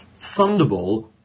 Thunderball